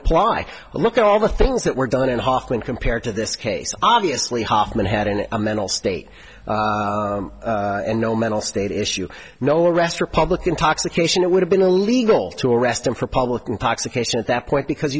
apply look at all the things that were done in hawk when compared to this case obviously hoffman had an a mental state and no mental state issue no arrest for public intoxication it would have been illegal to arrest him for public intoxication at that point because